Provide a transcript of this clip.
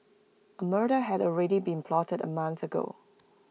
A murder had already been plotted A month ago